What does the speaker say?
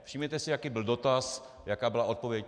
Všimněte si, jaký byl dotaz a jaká byla odpověď.